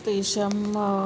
तेषां